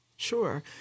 Sure